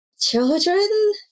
children